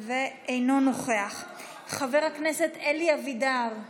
אינו נוכח, חבר הכנסת אלי אבידר,